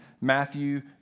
Matthew